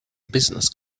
business